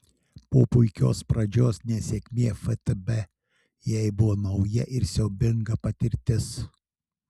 po puikios pradžios nesėkmė ftb jai buvo nauja ir siaubinga patirtis